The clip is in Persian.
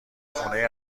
خونه